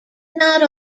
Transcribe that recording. not